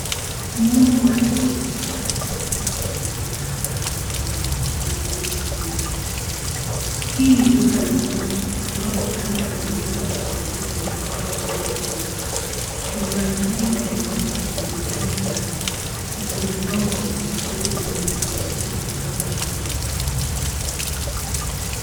Muundo wa duka unafanana na sehemu ya vinywaji katika maduka makubwa kama vile cs[supermarket]cs. Hii ni duka la pombe ambapo aina mbalimbali za vinywaji vimepangwa vizuri kwenye rafu. Vinywaji hivi ni pamoja na pombe laini na kali na vimepangwa kwa utaratibu unaorahisisha mteja kuchagua.